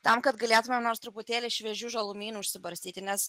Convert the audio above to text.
tam kad galėtumėm nors truputėlį šviežių žalumynų užsibarstyti nes